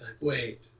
wait